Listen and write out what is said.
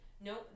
No